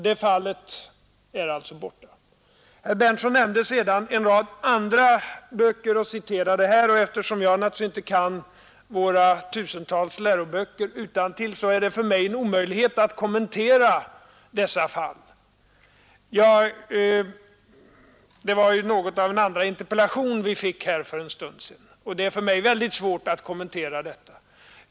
Herr Berndtson åberopade vidare en rad andra böcker. Eftersom jag naturligtvis inte kan våra tusentals läroböcker utantill, är det för mig en omöjlighet att uttala mig om dessa fall. Det var något av en andra interpellation som jag fick, och det är mycket svårt för mig att här utan vidare komma med en kommentar.